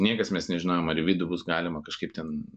niekas mes nežinojom ar į vidų bus galima kažkaip ten